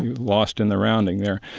lost in the rounding there.